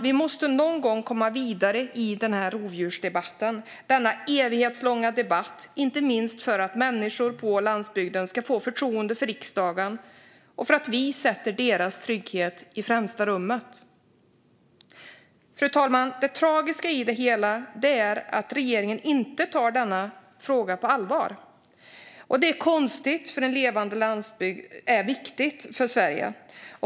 Vi måste någon gång komma vidare i rovdjursdebatten, denna evighetslånga debatt, inte minst för att människor på landsbygden ska få förtroende för riksdagen och för att vi sätter deras trygghet i första rummet. Det tragiska i det hela är att regeringen inte tar denna fråga på allvar. Det är konstigt, för en levande landsbygd är viktig för Sverige.